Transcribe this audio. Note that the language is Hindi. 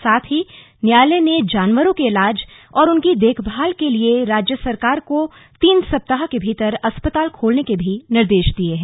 साथ ही न्यायालय ने जानवरों के इलाज और उनकी देखभाल के लिए राज्य सरकार को तीन सप्ताह के भीतर अस्पताल खोलने के निर्देश भी दिये हैं